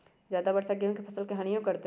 ज्यादा वर्षा गेंहू के फसल के हानियों करतै?